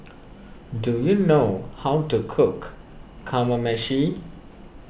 do you know how to cook Kamameshi